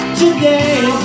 today